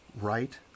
right